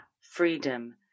freedom